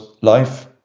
life